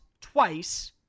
twice